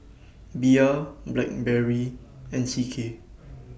Bia Blackberry and C K